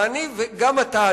ואני וגם אתה,